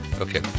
Okay